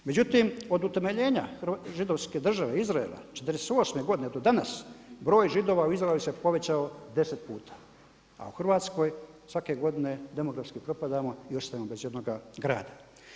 Međutim, od utemeljenja Židovske države, Izraela '48. godine do danas broj Židova u Izraelu se povećao 10 puta a u Hrvatskoj svake godine demografski propadamo i ostajemo bez jednoga grada.